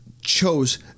chose